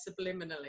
subliminally